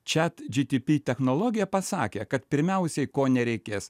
čiat gtp technologija pasakė kad pirmiausiai ko nereikės